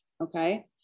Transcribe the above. okay